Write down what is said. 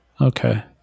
Okay